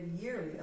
yearly